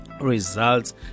results